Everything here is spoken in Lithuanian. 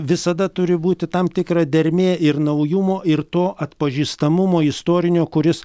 visada turi būti tam tikra dermė ir naujumo ir to atpažįstamumo istorinio kuris